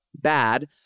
bad